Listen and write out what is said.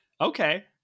Okay